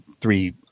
three